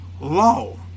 law